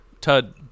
Tud